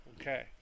Okay